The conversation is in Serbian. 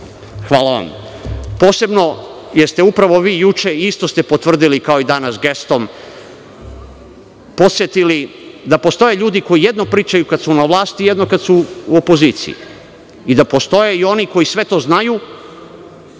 korektno. Posebno jer ste upravo vi juče, isto ste potvrdili kao i danas gestom, podsetili da postoje ljudi koji jedno pričaju kada su na vlasti, a drugo kada su u opoziciji i da postoje oni koji sve to znaju